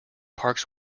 parks